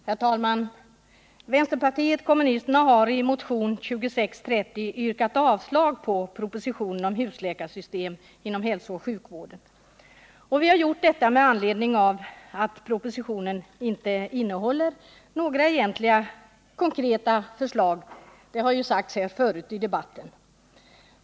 Herr talman! Vänsterpartiet kommunisterna har i motionen 2630 yrkat avslag på propositionen om husläkarsystem inom hälsooch sjukvården. Vi har gjort detta med anledning av att propositionen inte innehåller några egentliga konkreta förslag, vilket ju har framhållits tidigare i debatten.